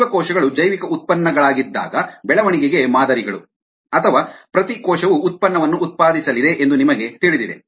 ಜೀವಕೋಶಗಳು ಜೈವಿಕ ಉತ್ಪನ್ನಗಳಾಗಿದ್ದಾಗ ಬೆಳವಣಿಗೆಗೆ ಮಾದರಿಗಳು ಅಥವಾ ಪ್ರತಿ ಕೋಶವು ಉತ್ಪನ್ನವನ್ನು ಉತ್ಪಾದಿಸಲಿದೆ ಎಂದು ನಿಮಗೆ ತಿಳಿದಿದೆ